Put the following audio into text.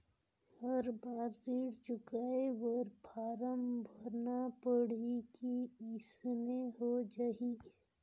हर बार ऋण चुकाय बर फारम भरना पड़ही की अइसने हो जहीं?